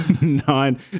nine